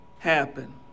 happen